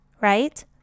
right